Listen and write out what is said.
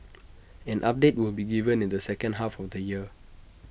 an update will be given in the second half of the year